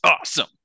awesome